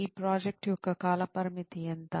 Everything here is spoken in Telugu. ఈ ప్రాజెక్ట్ యొక్క కాలపరిమితి ఎంత